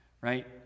Right